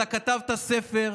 אתה כתבת ספר,